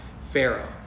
Pharaoh